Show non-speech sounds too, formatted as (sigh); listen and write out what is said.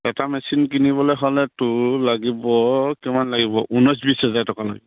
(unintelligible) machine কিনিবলে হ'লেতো লাগিব কিমান লাগিব ঊনৈছ বিছ হেজাৰ টকা (unintelligible)